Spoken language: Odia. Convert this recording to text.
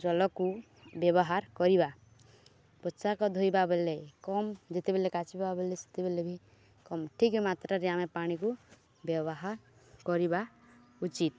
ଜଲକୁ ବ୍ୟବହାର କରିବା ପୋଷାକ ଧୋଇବା ବେଲେ କମ୍ ଯେତେବେଲେ କାଚିବା ବୋଲେ ସେତେବେଲେ ବି କମ୍ ଠିକ୍ ମାତ୍ରାରେ ଆମେ ପାଣିକୁ ବ୍ୟବହାର କରିବା ଉଚିତ୍